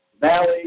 Valley